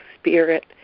spirit